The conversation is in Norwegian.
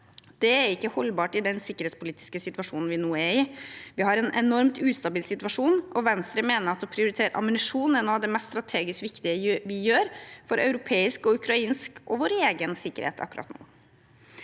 Det er ikke holdbart i den sikkerhetspolitiske situasjonen vi er i nå. Vi har en enormt ustabil situasjon, og Venstre mener at å prioritere ammunisjon er noe av det mest strategisk viktige vi gjør for europeisk, ukrainsk og egen sikkerhet akkurat nå.